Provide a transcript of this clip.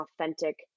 authentic